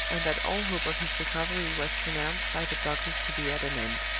and that all hope of his recovery was pronounced by the doctors to be at an end.